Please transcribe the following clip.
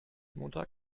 montag